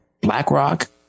BlackRock